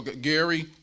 Gary